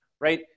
right